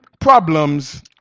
Problems